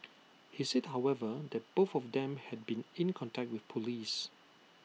he said however that both of them had been in contact with Police